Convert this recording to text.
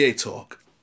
talk